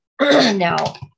Now